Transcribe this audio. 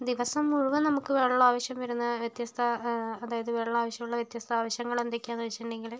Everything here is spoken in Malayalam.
ദിവസം മുഴുവൻ നമുക്ക് വെള്ളം ആവശ്യം വരുന്ന വ്യത്യസ്ത അതായത് വെള്ളം ആവശ്യമുള്ള വ്യത്യസ്ത ആവശ്യങ്ങൾ എന്തൊക്കെയാണെന്ന് വെച്ചിട്ടുണ്ടെങ്കിൽ